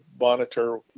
monitor